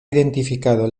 identificado